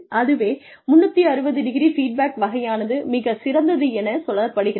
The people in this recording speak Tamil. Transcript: அதுவே 360° ஃபீட்பேக் வகையானது மிகச் சிறந்ததென சொல்லப்படுகிறது